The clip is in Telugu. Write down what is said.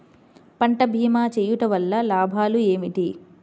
పంట భీమా చేయుటవల్ల లాభాలు ఏమిటి?